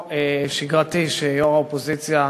כרגיל,